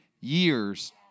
years